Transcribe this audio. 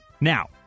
Now